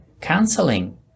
counseling